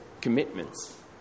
commitments